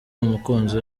umukunzi